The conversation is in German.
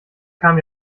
kam